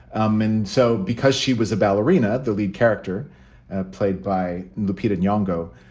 um and so because she was a ballerina, the lead character played by lupita nyong'o,